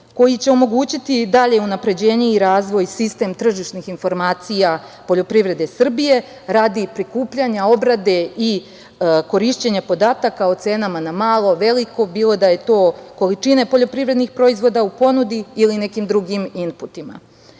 koji će omogućiti dalje unapređenje i razvoj sistema tržišnih informacija poljoprivrede Srbije, radi prikupljanja, obrade i korišćenja podataka o cenama na malo, veliko, bilo da je to količina poljoprivrednih proizvoda u ponudi ili nekim drugim inputima. Suština